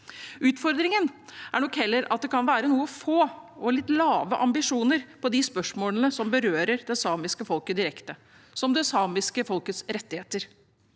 Utfordringen er nok heller at det kan være noe få og litt lave ambisjoner for de spørsmålene som berører det samiske folket direkte, som det samiske folkets rettigheter.